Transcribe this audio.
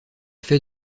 fait